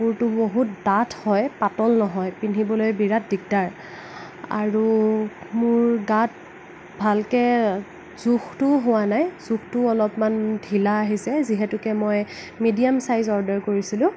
কাপোৰটো বহুত ডাঠ হয় পাতল নহয় পিন্ধিবলৈ বিৰাট দিগদাৰ আৰু মোৰ গাত ভালকৈ জোখটোও হোৱা নাই জোখটো অলপমান ঢিলা আহিছে যিহেতুকে মই মিডিয়াম চাইজৰ অৰ্ডাৰ কৰিছিলোঁ